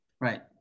Right